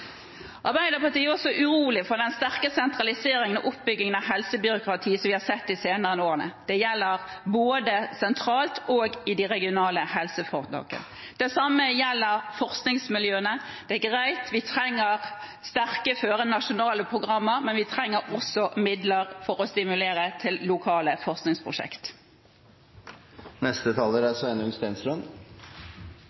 Arbeiderpartiet er også urolig for den sterke sentraliseringen og oppbyggingen av helsebyråkrati som vi har sett de senere årene. Det gjelder både sentralt og i de regionale helseforetakene. Det samme gjelder forskningsmiljøene. Det er greit, vi trenger sterke, førende nasjonale programmer, men vi trenger også midler for å stimulere til lokale forskningsprosjekt. Debatten om Nasjonal helse- og sykehusplan har vært preget av akuttberedskap. Det er